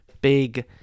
big